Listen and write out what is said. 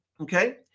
okay